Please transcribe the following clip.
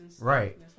right